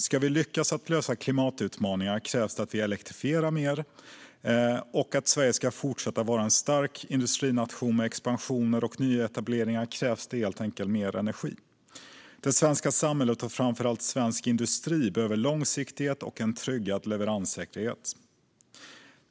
Om vi ska lyckas att lösa klimatutmaningarna krävs det att vi elektrifierar mer, och om Sverige ska fortsätta att vara en stark industrination med expansion och nyetableringar krävs det helt enkelt mer energi. Det svenska samhället och framför allt svensk industri behöver långsiktighet och en tryggad leveranssäkerhet.